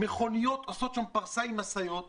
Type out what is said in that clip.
מכוניות ומשאיות